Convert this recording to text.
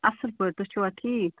اَصٕل پٲٹھۍ تُہۍ چھِوا ٹھیٖک